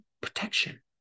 protection